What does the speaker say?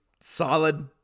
solid